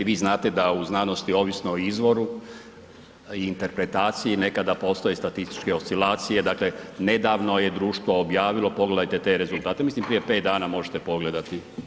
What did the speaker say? Vi znate da u znanosti ovisno o izvoru i interpretaciji nekada postoje statističke oscilacije, dakle nedavno je društvo objavilo pogledajte te rezultate, mislim prije 5 dana, možete pogledati.